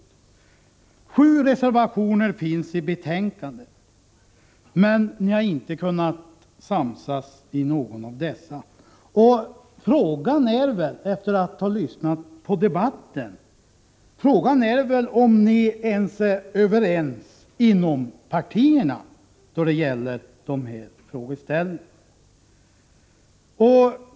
De finns sju reservationer till betänkandet, men ni har inte kunnat samsas i någon av dem. Efter att ha lyssnat på debatten frågar jag mig om ni ens är överens inom partierna då det gäller dessa frågeställningar.